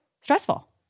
stressful